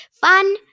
Fun